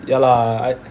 ya lah I